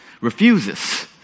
refuses